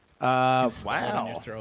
Wow